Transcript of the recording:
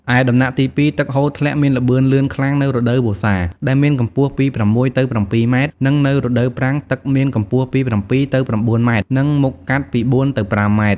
ឯដំណាក់ទី២ ទឹកហូរធ្លាក់មានល្បឿនលឿនខ្លាំងនៅរដូវវស្សាដែលមានកម្ពស់ពី ៦ ទៅ ៧ម៉ែត្រ និង នៅរដូវប្រាំងទឹកមានកម្ពស់ពី៧ ទៅ៩ម៉ែត្រ និង មុខកាត់ពី៤ទៅ៥ម៉ែត្រ។